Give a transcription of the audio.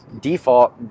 default